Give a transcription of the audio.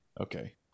Okay